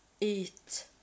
eat